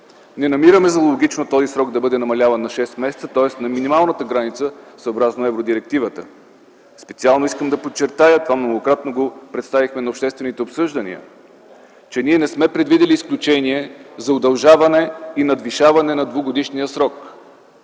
Не намираме за логично този срок да бъде намаляван на шест месеца, тоест на минималната граница, съобразно евродирективата. Специално искам да подчертая, това многократно го представихме на обществените обсъждания, че ние не сме предвидили изключение за удължаване и надвишаване на двугодишния срок.